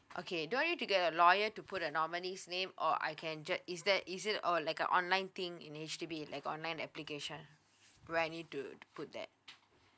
okay don't need to get a lawyer to put the nominees name or I can just is that is it or like a online thing in H_D_B like online application where I need to put that